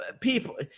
People